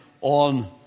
on